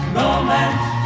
romance